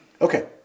Okay